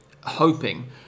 hoping